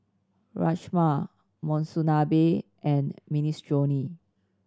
Rajma Monsunabe and Minestrone